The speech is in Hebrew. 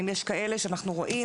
כלומר,